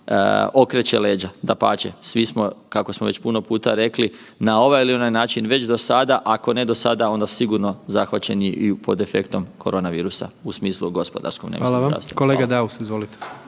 okreće leđa. Dapače, svi smo kako smo već puno puta rekli na ovaj ili onaj način već do sada, ako ne do sada onda sigurno zahvaćeni i pod defektom korona virusa, u smislu gospodarskom ne mislim zdravstvenom. Hvala. **Jandroković,